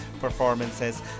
performances